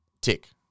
Tick